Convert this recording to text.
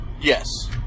Yes